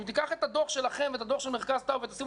אם תיקח את הדוח שלכם ואת הדוח של מרכז טאוב ותשימו